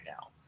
now